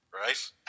Right